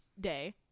day